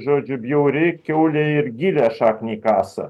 žodžiu bjauri kiaulė ir gilią šaknį kasa